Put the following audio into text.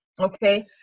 Okay